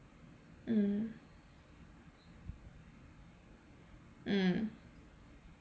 mm mm